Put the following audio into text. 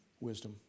Wisdom